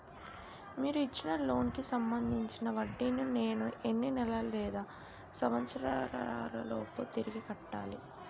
మీరు ఇచ్చిన లోన్ కి సంబందించిన వడ్డీని నేను ఎన్ని నెలలు లేదా సంవత్సరాలలోపు తిరిగి కట్టాలి?